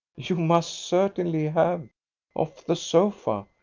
you most certainly have off the sofa,